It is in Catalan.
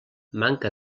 manca